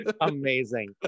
amazing